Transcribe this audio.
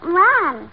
run